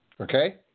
Okay